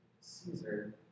Caesar